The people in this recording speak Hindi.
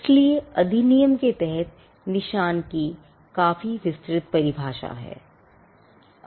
इसलिए अधिनियम के तहत निशान की काफी विस्तृत परिभाषा है